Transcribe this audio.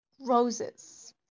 roses